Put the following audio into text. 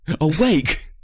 awake